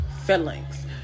feelings